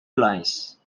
lines